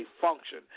function